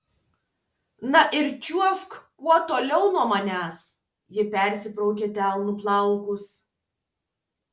na ir čiuožk kuo toliau nuo manęs ji persibraukė delnu plaukus